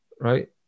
right